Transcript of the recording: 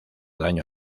daño